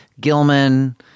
Gilman